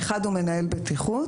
האחד הוא מנהל בטיחות,